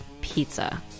pizza